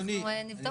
אז אנחנו נבדוק את זה.